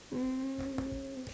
mm